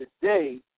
today